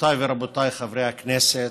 גבירותיי ורבותיי חברי הכנסת,